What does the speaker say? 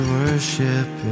worship